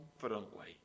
confidently